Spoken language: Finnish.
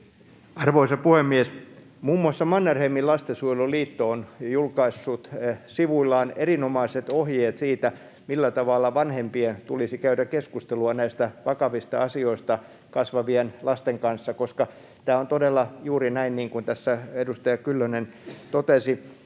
Arvoisa puhemies! Muun muassa Mannerheimin Lastensuojeluliitto on julkaissut sivuillaan erinomaiset ohjeet siitä, millä tavalla vanhempien tulisi käydä keskustelua näistä vakavista asioista kasvavien lasten kanssa, koska tämä on todella juuri näin, niin kuin tässä edustaja Kyllönen totesi.